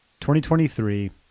2023